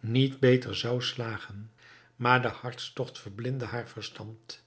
niet beter zou slagen maar de hartstogt verblindde haar verstand